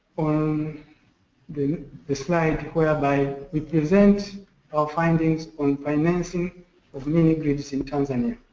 um the the slide whereby we present our findings on financing of mini grids in tanzania.